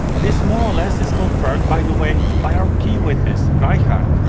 this more or less is confirmed by the way, by our key witness, reichardt,